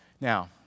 Now